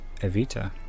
Evita